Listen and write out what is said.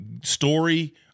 story